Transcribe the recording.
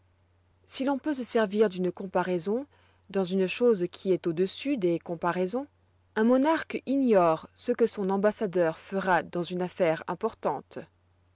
si l'on peut se servir d'une comparaison dans une chose qui est au-dessus des comparaisons un monarque ignore ce que son ambassadeur fera dans une affaire importante